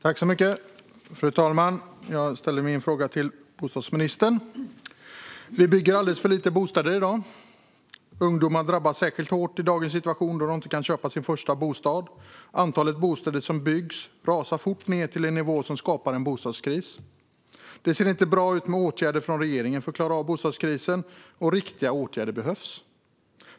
Fru talman! Jag vill ställa min fråga till bostadsministern. Det byggs alldeles för få bostäder i dag. Ungdomar drabbas särskilt hårt av dagens situation, då de inte kan köpa sin första bostad. Antalet bostäder som byggs rasar fort ned till en nivå som skapar en bostadskris. Det ser inte bra ut med åtgärder från regeringen för att klara av bostadskrisen. Och riktiga åtgärder behövs.